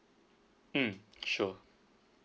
mm sure